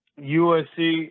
USC